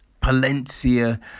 Palencia